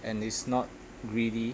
and is not greedy